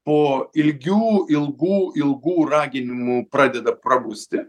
po ilgių ilgų ilgų raginimų pradeda prabusti